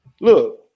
look